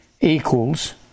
equals